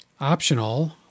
Optional